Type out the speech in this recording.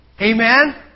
Amen